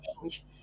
change